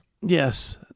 Yes